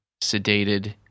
sedated